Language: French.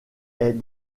est